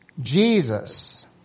Jesus